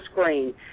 screen